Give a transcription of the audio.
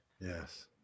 Yes